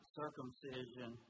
circumcision